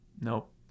Nope